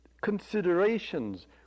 considerations